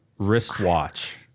Wristwatch